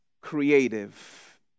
creative